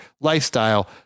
lifestyle